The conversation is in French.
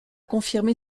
confirmé